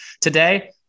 today